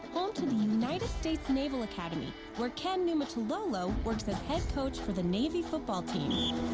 home to the united states naval academy where ken niumatalolo works as head coach for the navy football team.